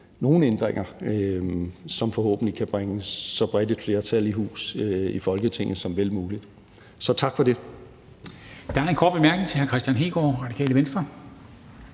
nogen ændringer, som forhåbentlig kan bringe så bredt et flertal i hus i Folketinget som vel muligt. Så tak for det.